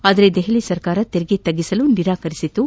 ಆದರೆ ದೆಹಲಿ ಸರ್ಕಾರ ತೆರಿಗೆ ತಗ್ಗಿಸಲು ನಿರಾಕರಿಸಿತು